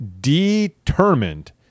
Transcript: determined